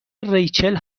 ریچل